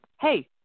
hey